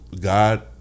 god